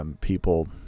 People